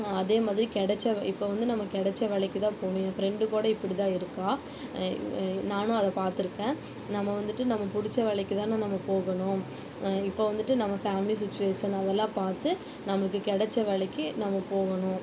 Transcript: அதே மாதிரி கெடைச்ச இப்போ வந்து நம்ம கெடைச்ச வேலைக்கி தான் போணும் என் ஃப்ரெண்டு கூட இப்படிதான் இருக்காள் நான் அதை பாத்ருக்கேன் நம்ம வந்துவிட்டு நம்ம பிடிச்ச வேலைக்கு தானே நம்ம போகணும் இப்போ வந்துவிட்டு நம்ம ஃபேமிலி சுச்வேஷன் அதல்லாம் பார்த்து நம்மளுக்கு கெடைச்ச வேலைக்கு நம்ம போகணும்